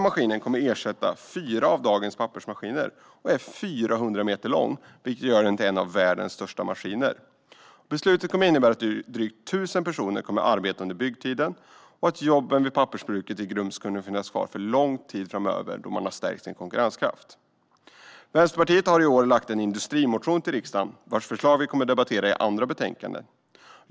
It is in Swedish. Maskinen kommer att ersätta fyra av dagens pappersmaskiner och är 400 meter lång, vilket gör att den kommer att bli en av världens största maskiner. Beslutet innebär att drygt 1 000 personer kommer att arbeta under byggtiden och att jobben vid pappersbruket i Grums kommer att finnas kvar för lång tid framöver, då man har stärkt sin konkurrenskraft. Vänsterpartiet har i år lagt fram en industrimotion till riksdagen, vars förslag vi kommer att debattera i andra betänkanden.